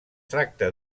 tracta